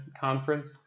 conference